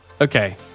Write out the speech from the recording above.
Okay